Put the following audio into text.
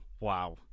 Wow